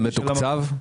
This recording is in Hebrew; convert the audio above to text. זה מתוקצב?